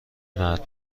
مرد